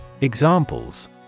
Examples